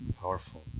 Powerful